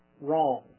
wrong